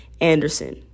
Anderson